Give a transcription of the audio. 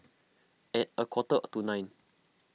at a quarter to nine